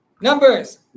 Numbers